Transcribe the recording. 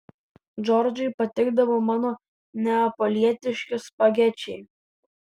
džordžui patikdavo mano neapolietiški spagečiai